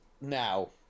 now